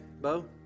Bo